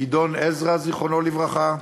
גדעון עזרא, זיכרונו לברכה,